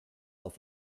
auf